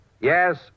Yes